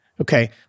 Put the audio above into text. Okay